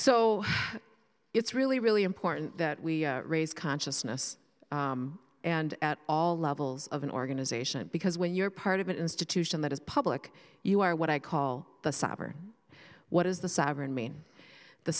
so it's really really important that we raise consciousness and at all levels of an organization because when you're part of an institution that is public you are what i call the cyber what is the sovereign mean the